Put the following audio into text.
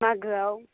मागोआव